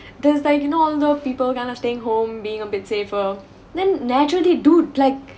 there's like you know all the people kind of staying home being a bit safer then naturally dude like